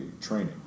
training